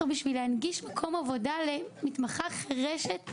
בשביל להנגיש מקום עבודה בשביל מתמחה חירשת,